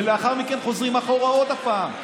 ולאחר מכן חוזרים אחורה עוד הפעם.